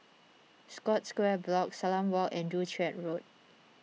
Scotts Square Block Salam Walk and Joo Chiat Road